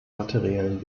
materiellen